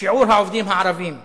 שיעור העובדים הערבים נמוך.